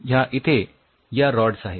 ह्या इथे या रॉड्स आहेत